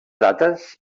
dates